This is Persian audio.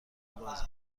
باز